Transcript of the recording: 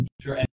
Sure